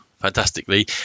fantastically